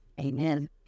Amen